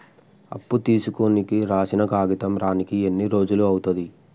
అప్పు తీసుకోనికి రాసిన కాగితం రానీకి ఎన్ని రోజులు అవుతది?